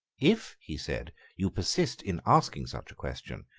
if, he said, you persist in asking such a question,